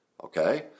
Okay